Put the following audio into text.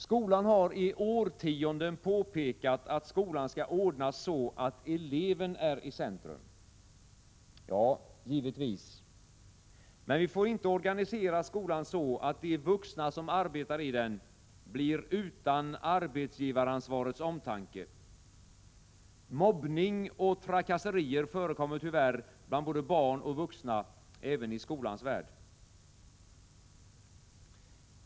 Skolan har i årtionden påpekat att skolan skall ordna så, att eleven är i centrum. Ja, givetvis! Men vi får inte organisera skolan så, att de vuxna som arbetar i den blir utan arbetsgivaransvarets omtanke. Mobbning och trakasserier förekommer tyvärr bland både barn och vuxna även i skolans värld.